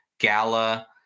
Gala